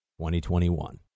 2021